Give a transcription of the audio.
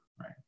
right